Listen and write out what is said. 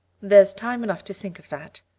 there's time enough to think of that,